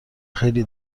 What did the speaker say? خیلی